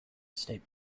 state